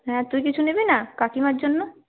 হ্যাঁ তুই কিছু নিবি না কাকিমার জন্য